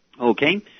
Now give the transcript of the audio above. Okay